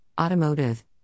automotive